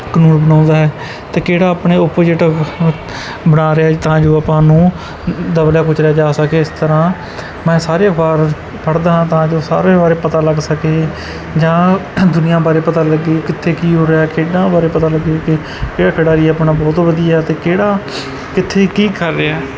ਕਾਨੂੰਨ ਬਣਾਉਂਦਾ ਹੈ ਅਤੇ ਕਿਹੜਾ ਆਪਣੇ ਓਪੋਜਿਟ ਬਣਾ ਰਿਹਾ ਤਾਂ ਜੋ ਆਪਾਂ ਨੂੰ ਦਬਲਿਆ ਕੁਚਲਿਆ ਜਾ ਸਕੇ ਇਸ ਤਰ੍ਹਾਂ ਮੈਂ ਸਾਰੇ ਅਖਬਾਰ ਪੜ੍ਹਦਾ ਹਾਂ ਤਾਂ ਜੋ ਸਾਰਿਆਂ ਬਾਰੇ ਪਤਾ ਲੱਗ ਸਕੇ ਜਾਂ ਦੁਨੀਆ ਬਾਰੇ ਪਤਾ ਲੱਗੇ ਕਿੱਥੇ ਕੀ ਹੋ ਰਿਹਾ ਖੇਡਾਂ ਬਾਰੇ ਪਤਾ ਲੱਗੇ ਕਿ ਕਿਹੜਾ ਖਿਡਾਰੀ ਆਪਣਾ ਬਹੁਤ ਵਧੀਆ ਅਤੇ ਕਿਹੜਾ ਕਿੱਥੇ ਕੀ ਕਰ ਰਿਹਾ